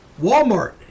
Walmart